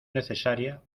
necesaria